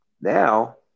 now